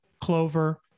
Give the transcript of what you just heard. Clover